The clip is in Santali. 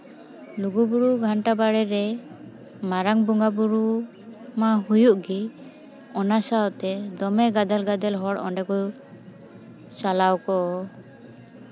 ᱞᱩᱜᱩ ᱵᱩᱨᱩ ᱜᱷᱟᱱᱴᱟ ᱵᱟᱲᱮ ᱨᱮ ᱢᱟᱨᱟᱝ ᱵᱚᱸᱜᱟ ᱵᱩᱨᱩ ᱢᱟ ᱦᱩᱭᱩᱜ ᱜᱮ ᱚᱱᱟ ᱥᱟᱶᱛᱮ ᱫᱚᱢᱮ ᱜᱟᱫᱮᱞ ᱜᱟᱫᱮᱞ ᱦᱚᱲ ᱚᱸᱰᱮ ᱠᱚ ᱪᱟᱞᱟᱣ ᱠᱚ